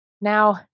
Now